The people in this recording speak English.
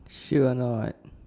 sure a not